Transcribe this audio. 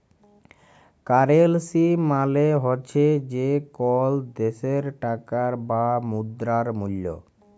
currency মালে হছে যে কল দ্যাশের টাকার বা মুদ্রার মূল্য